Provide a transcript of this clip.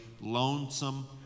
lonesome